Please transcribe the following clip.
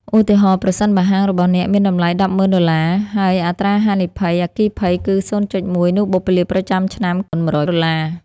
ឧទាហរណ៍៖ ប្រសិនបើហាងរបស់អ្នកមានតម្លៃ $100,000$ ហើយអត្រាហានិភ័យអគ្គិភ័យគឺ $0.1នោះបុព្វលាភប្រចាំឆ្នាំគឺ $100$ ដុល្លារ។